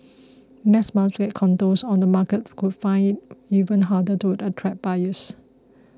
mass market condos on the market could find it even harder to attract buyers